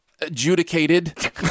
adjudicated